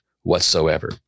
whatsoever